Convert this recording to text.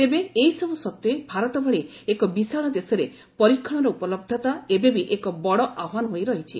ତେବେ ଏ ସବୁ ସତ୍ତ୍ୱେ ଭାରତ ଭଳି ଏକ ବିଶାଳ ଦେଶରେ ପରୀକ୍ଷଣର ଉପଲହ୍ଧତା ଏବେ ବି ଏକ ବଡ଼ ଆହ୍ଚାନ ହୋଇ ରହିଛି